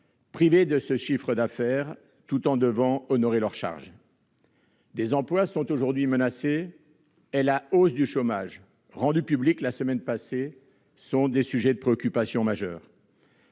privées de chiffre d'affaires, tout en devant honorer leurs charges. Des emplois sont aujourd'hui menacés et la hausse du chômage, rendue publique la semaine passée, est un sujet de préoccupation majeure.